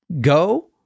go